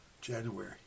January